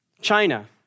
China